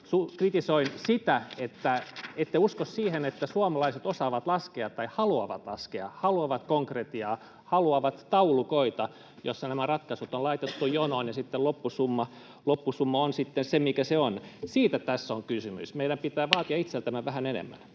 Kritisoin sitä, että ette usko siihen, että suomalaiset osaavat laskea tai haluavat laskea, haluavat konkretiaa, haluavat taulukoita, joissa nämä ratkaisut on laitettu jonoon ja loppusumma on sitten se, mikä se on. Siitä tässä on kysymys. Meidän pitää vaatia itseltämme vähän enemmän.